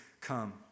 come